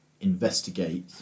investigate